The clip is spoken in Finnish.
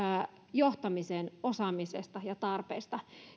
johtamisen osaamisesta ja tarpeesta